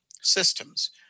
systems